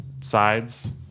sides